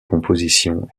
compositions